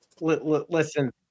Listen